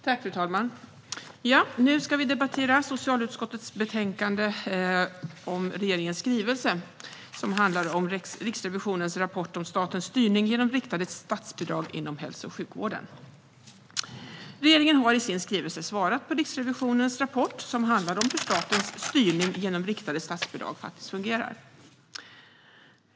Fru talman! Nu ska vi debattera socialutskottets betänkande om regeringens skrivelse 2016/17:110 Riksrevisionens rapport om statens styrning genom riktade statsbidrag inom hälso och sjukvården . Regeringen har i sin skrivelse svarat på Riksrevisionens rapport som handlar om hur statens styrning genom riktade statsbidrag fungerar.